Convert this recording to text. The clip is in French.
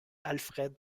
alfred